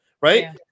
right